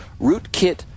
rootkit